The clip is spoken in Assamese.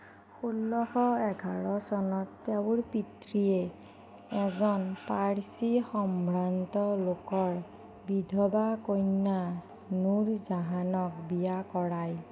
ষোল্লশ এঘাৰ চনত তেওঁৰ পিতৃয়ে এজন পাৰ্চী সম্ভ্ৰান্ত লোকৰ বিধৱা কন্যা নুৰজাহানক বিয়া কৰায়